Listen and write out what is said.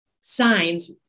signs